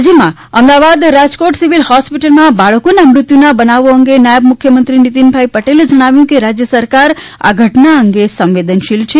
રાજ્યમાં અમદાવાદ રાજકોટ સિવિલ હોસ્પિટલમાં બાળકોના મૃત્યુના બનાવો અંગે નાયબ મુખ્યમંત્રી નીતીન પટેલે જણાવ્યું કે રાજ્ય સરકાર આ ઘટના અંગે સંવેદનશીલ છે